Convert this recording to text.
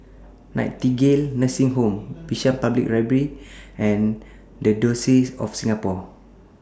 Nightingale Nursing Home Bishan Public Library and The Diocese of Singapore